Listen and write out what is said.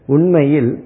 Unmail